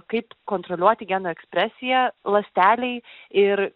kaip kontroliuoti genų ekspresiją ląstelėj ir